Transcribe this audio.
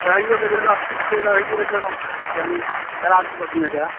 रहैओके जगह ठीक छै रहैओके जगह से हम करा देब अपनेके